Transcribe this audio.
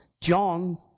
John